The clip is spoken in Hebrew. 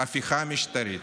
הפיכה משטרתית,